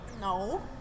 No